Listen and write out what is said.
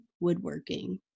woodworking